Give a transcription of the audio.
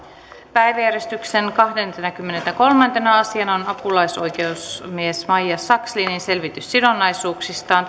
päiväjärjestyksen kahdentenakymmenentenäkolmantena asiana on apulaisoikeusasiamiehen maija sakslinin selvitys sidonnaisuuksistaan